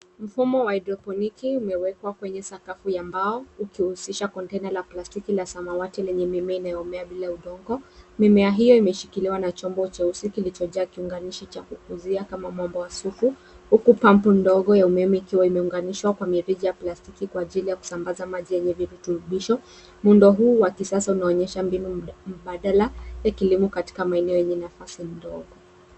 Mfumo wa haidroponiki umewekwa kwenye sakafu ya mbao ukihusisha kontena la plastiki la samawati lenye mimea inayomea bila udongo. Mimea hiyo imeshikiliwa na chombo cheusi kilichojaa kiunganishi cha kukuzia kama mwamboasufu huku pampu ndogo ya umeme ikiwa imeunganishwa kwa mirija ya plastiki kwa ajili ya kusambaza maji yenye virutubisho. Muundo huu wa kisasa unaonyesha mbinu mbadala ya kilimo katika maeneo yenye nafasi ndogo.